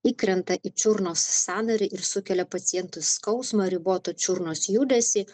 įkrenta į čiurnos sąnarį ir sukelia pacientui skausmą ribotą čiurnos judesį